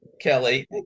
Kelly